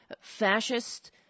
fascist